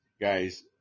guys